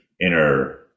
inner